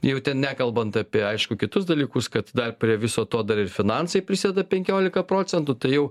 jau ten nekalbant apie aišku kitus dalykus kad dar prie viso to dar ir finansai prisideda penkiolika procentų tai jau